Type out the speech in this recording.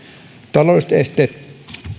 taloudelliset esteet